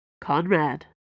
Conrad